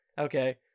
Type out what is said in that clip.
Okay